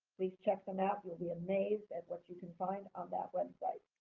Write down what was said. please check the map. you'll be amazed at what you can find on that website.